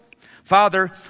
father